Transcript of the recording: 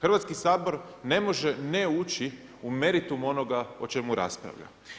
Hrvatski sabor ne može ne ući u meritum onoga o čemu raspravlja.